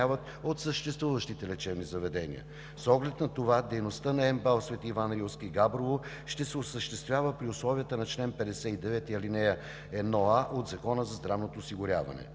от съществуващите лечебни заведения. С оглед на това дейността на МБАЛ „Свети Иван Рилски“ – Габрово, ще се осъществява при условията на чл. 59, ал. 1а от Закона за здравното осигуряване.